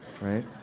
right